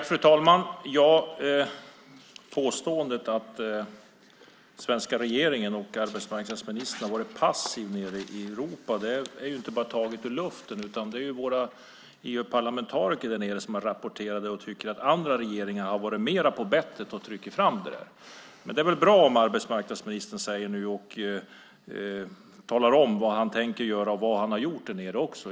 Fru talman! Påståendet att den svenska regeringen och arbetsmarknadsministern har varit passiv nere i Europa är inte bara taget ur luften. Det är våra EU-parlamentariker som har rapporterat det och tycker att andra regeringar har varit mer på bettet för att trycka på. Men det är väl bra om arbetsmarknadsministern nu talar om vad han tänker göra och vad han har gjort där nere.